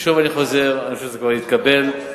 ושוב אני חוזר: אני חושב שזה כבר התקבל שחברת